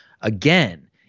Again